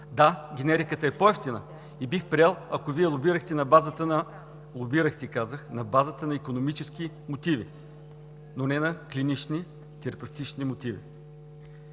Да, генериката е по-евтина и бих приел, ако Вие лобирахте на базата икономически мотиви, но не на клинични, терапевтични мотиви.